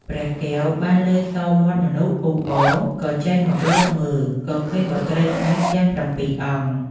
ព្រះកែវបានឮសូរមាត់មនុស្សអ៊ូអរក៏ចេញមកលបមើល ក៏ឃើញបុត្រីស្ដេចទាំងប្រាំពីរអង្គ។